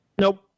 Nope